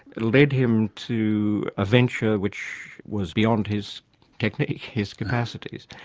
led him to a venture which was beyond his technique, his capacities,